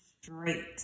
straight